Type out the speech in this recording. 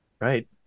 Right